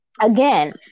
again